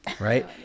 Right